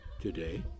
today